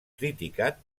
criticat